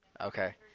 Okay